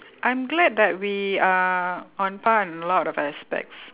I'm glad that we are on par in a lot of aspects